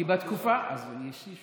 כי בתקופה, מי סגר?